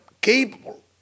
capable